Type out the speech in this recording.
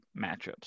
matchups